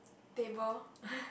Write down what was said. table